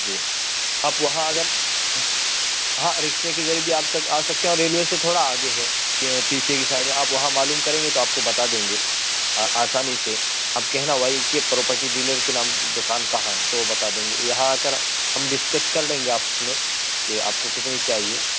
جی آپ وہاں اگر ہاں رکشے کے ذریعے بھی آپ آ سکتے ہیں اور ریلوے سے تھوڑا آگے ہے یہ پیچھے کی سائڈ میں آپ وہاں معلوم کریں گے تو آپ کو بتا دیں گے آسانی سے آپ کہنا وائی کے پراپرٹی ڈیلر کے نام دکان کہاں ہیں تو وہ بتا دیں گے یہاں آ کر ہم ڈسکس کر لیں گے آپس میں کہ آپ کو کتنی چاہیے